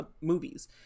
movies